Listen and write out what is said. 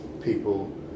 people